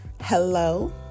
hello